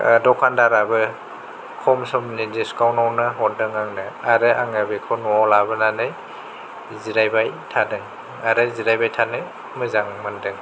दखान दाराबो खम समनि दिसकाउनआवनो हरदों आंनो आरो आङो बेखौ न'आव लाबोनानै जिरायबाय थादों आरो जिरायबाय थानो मोजां मोनदों